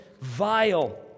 vile